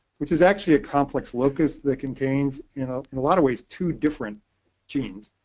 which is actually a complex locus that contains, in ah and a lot of ways, two different genes.